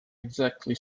exactly